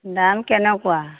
দাম কেনকুৱা